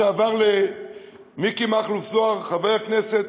שעבר לחבר הכנסת